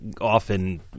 often